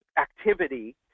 activity